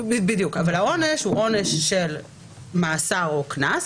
בדיוק, אבל העונש הוא עונש של מאסר או קנס.